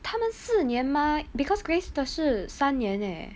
他们四年 mah because grace 的是三年 eh